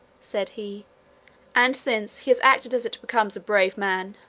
said he and since he has acted as it becomes a brave man,